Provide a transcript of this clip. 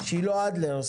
שילה אדלר,